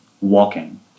walking